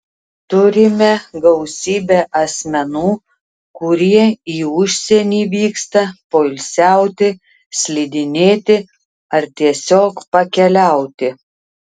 turime gausybę asmenų kurie į užsienį vyksta poilsiauti slidinėti ar tiesiog pakeliauti